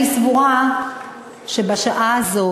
אני סבורה שבשעה הזאת